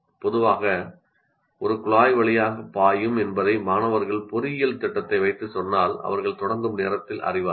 பொதுவாக ஒரு குழாய் வழியாக பொறியியல் திட்டத்தை வைத்து சொன்னால் அவர்கள் மாணவர்கள் தொடங்கும் நேரத்தில் மாணவர்கள் அறிவார்கள்